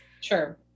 Sure